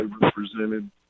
represented